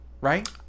right